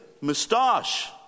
moustache